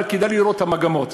אבל כדאי לראות את המגמות.